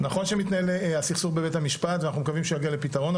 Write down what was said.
נכון שמתנהל הסכסוך בבית המשפט ואנחנו מקווים שיגיע לפתרון,